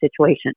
situation